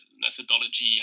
methodology